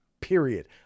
period